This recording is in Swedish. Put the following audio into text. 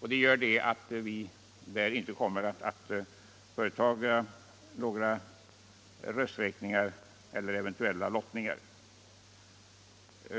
Vi kommer på den punkten inte att begära någon rösträkning med eventuell lottning.